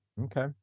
Okay